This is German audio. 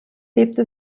lebte